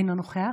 אינו נוכח,